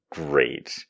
great